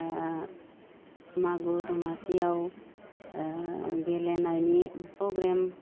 मागो दमासियाव गेलेनायनि प्रग्राम